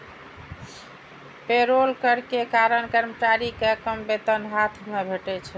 payroll कर के कारण कर्मचारी कें कम वेतन हाथ मे भेटै छै